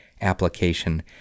application